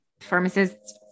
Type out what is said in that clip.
Pharmacists